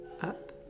up